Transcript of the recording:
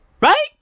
Right